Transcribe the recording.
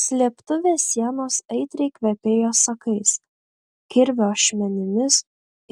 slėptuvės sienos aitriai kvepėjo sakais kirvio ašmenimis